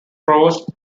provost